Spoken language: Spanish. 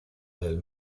del